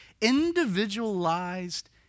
individualized